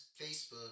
Facebook